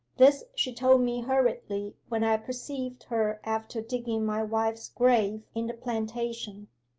this she told me hurriedly when i perceived her after digging my wife's grave in the plantation.